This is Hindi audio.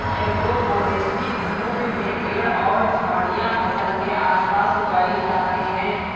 एग्रोफ़ोरेस्टी भूमि में पेड़ और झाड़ियाँ फसल के आस पास उगाई जाते है